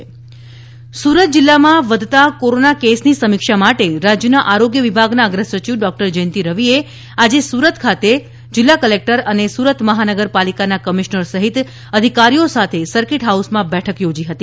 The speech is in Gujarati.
જયંતિ રવિ સુરત જીલ્લામાં વધતા કોરોના કેસની સમીક્ષા માટે રાજ્યના આરોગ્ય વિભાગના અગ્રસચિવ ડોકટર જયંતિ રવિએ આજે સુરત ખાતે જીલ્લા કલેકટર અને સુરત મહાનગર પાલિકાના કમિશ્નર સહિત અધિકારીઓ સાથે સરકીટ હાઉસમાં બેઠક યોજી હતી